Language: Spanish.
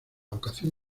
vocación